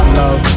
love